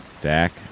Dak